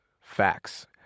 Facts